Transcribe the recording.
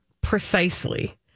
Precisely